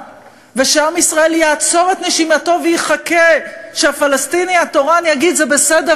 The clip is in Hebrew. ושעם ישראל יעצור את נשימתו ויחכה שהפלסטיני התורן יגיד: זה בסדר,